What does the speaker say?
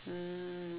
um